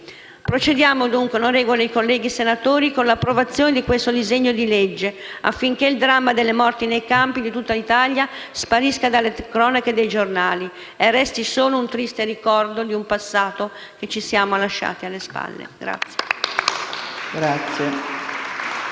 Procediamo, dunque, onorevoli colleghi senatori, con l'approvazione di questo disegno di legge, affinché il dramma delle morti nei campi di tutta Italia sparisca dalle cronache dei giornali e resti solo un triste ricordo di un passato che ci siamo lasciati alle spalle.